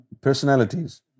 personalities